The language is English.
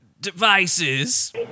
devices